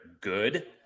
good